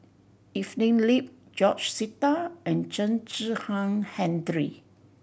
Evelyn Lip George Sita and Chen Kezhan Henri